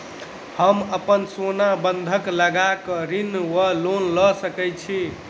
हम अप्पन सोना बंधक लगा कऽ ऋण वा लोन लऽ सकै छी?